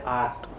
art